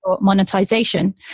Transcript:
monetization